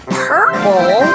purple